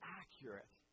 accurate